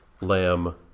lamb